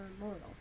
immortal